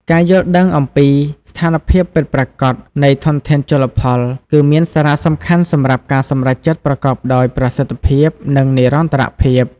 ការយល់ដឹងអំពីស្ថានភាពពិតប្រាកដនៃធនធានជលផល គឺមានសារៈសំខាន់សម្រាប់ការសម្រេចចិត្តប្រកបដោយប្រសិទ្ធភាព និងនិរន្តរភាព។